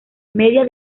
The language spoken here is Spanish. media